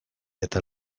eta